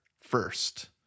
first